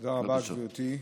תודה רבה, גברתי.